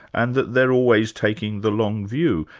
and that they're always taking the long view.